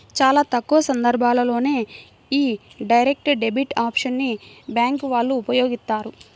చాలా తక్కువ సందర్భాల్లోనే యీ డైరెక్ట్ డెబిట్ ఆప్షన్ ని బ్యేంకు వాళ్ళు ఉపయోగిత్తారు